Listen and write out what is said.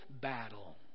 battle